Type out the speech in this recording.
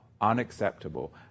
unacceptable